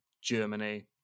Germany